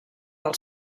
del